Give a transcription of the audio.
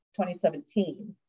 2017